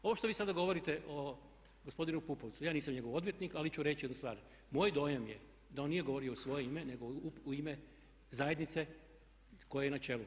Ovo što vi sada govorite o gospodinu Pupovcu, ja nisam njegov odvjetnik ali ću reći jednu stvar, moj dojam je da on nije govorio u svoje ime nego u ime zajednice koje je na čelu.